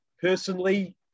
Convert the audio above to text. personally